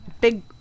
Big